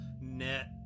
net